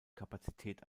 kapazität